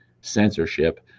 censorship